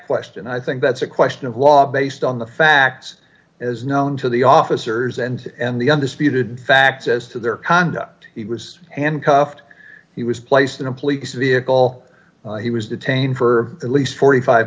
question i think that's a question of law based on the facts as known to the officers and and the undisputed facts as to their conduct he was handcuffed he was placed in a police vehicle he was detained for at least forty five